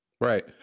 Right